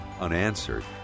unanswered